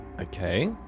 Okay